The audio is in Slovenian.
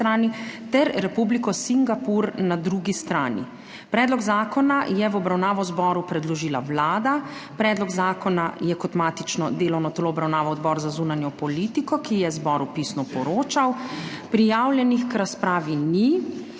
TER REPUBLIKO SINGAPUR NA DRUGI STRANI. Predlog zakona je v obravnavo zboru predložila Vlada. Predlog zakona je kot matično delovno telo obravnaval Odbor za zunanjo politiko, ki je zboru pisno poročal. Prijavljenih k razpravi ni.